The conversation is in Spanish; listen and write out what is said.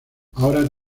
ahora